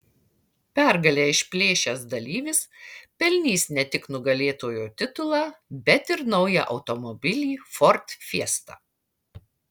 pergalę išplėšęs dalyvis pelnys ne tik nugalėtojo titulą bet ir naują automobilį ford fiesta